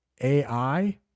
AI